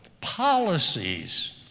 policies